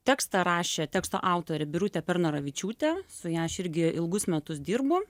tekstą rašė teksto autorė birutė pernoravičiutė su ja aš irgi ilgus metus dirbu